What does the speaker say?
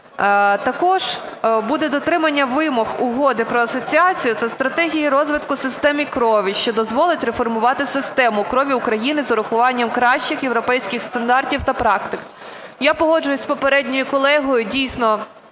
Також буде дотримання вимог Угоди про асоціацію та стратегію розвитку системи крові, що дозволить реформувати систему крові в Україні з урахуванням кращих європейських стандартів та практик. Я погоджуюсь з попередньою колегою. Дійсно,